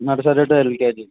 nursery to LKG